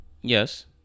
Yes